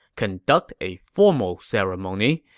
conduct a formal ceremony,